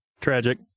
Tragic